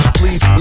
please